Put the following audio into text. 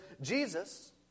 Jesus